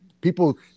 people